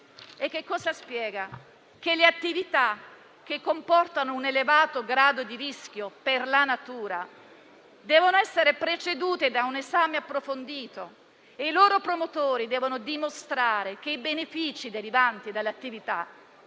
Esso spiega che le attività che comportano un elevato grado di rischio per la natura devono essere precedute da un esame approfondito; i loro promotori devono dimostrare che i benefici derivanti dall'attività